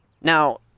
Now